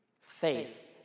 Faith